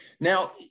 Now